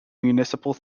municipal